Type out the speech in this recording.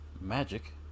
magic